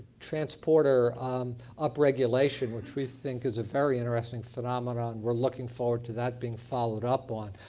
transporter up regulation, which we think is a very interesting phenomenon. we're looking forward to that being followed up on,